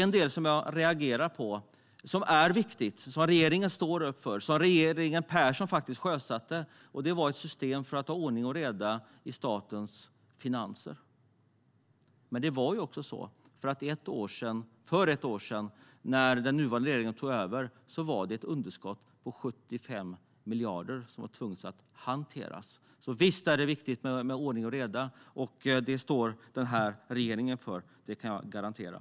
Något som är viktigt, som regeringen står upp för och som regeringen Persson faktiskt sjösatte, är ett system för ordning och reda i statens finanser. För ett år sedan, när den nuvarande regeringen tog över, hade vi ett underskott på 75 miljarder som måste hanteras, så visst är det viktigt med ordning och reda. Det står regeringen för. Det kan jag garantera.